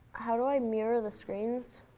how do i mirror the screens?